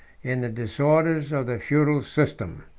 in the disorders of the feudal system.